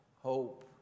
hope